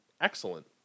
excellent